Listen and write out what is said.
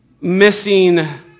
missing